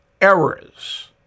errors